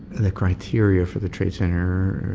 the criteria for, the trade center,